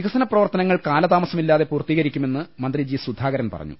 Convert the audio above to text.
വികസനപ്രവർത്തനങ്ങൾ കാലതാമസമില്ലാതെ പൂർത്തീകരിക്കു മെന്ന് മന്ത്രി ജി സുധാകരൻ പറഞ്ഞു